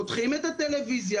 פותחים את הטלוויזיה,